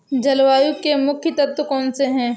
जलवायु के मुख्य तत्व कौनसे हैं?